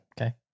okay